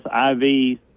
IVs